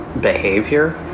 behavior